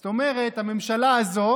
זאת אומרת, הממשלה הזו